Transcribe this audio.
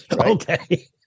Okay